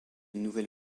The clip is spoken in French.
nouvel